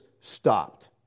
stopped